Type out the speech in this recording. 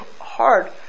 hard